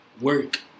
work